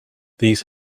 these